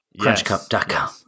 Crunchcup.com